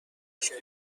اذیت